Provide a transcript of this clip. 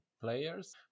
players